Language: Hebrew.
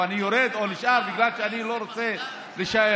או שאני יורד או נשאר בגלל שאני לא רוצה להישאר.